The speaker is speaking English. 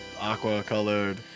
aqua-colored